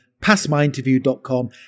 passmyinterview.com